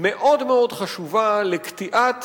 מאוד חשובה לקטיעת